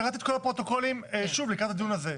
קראתי את כל הפרוטוקולים שוב לקראת הדיון הזה,